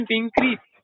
increase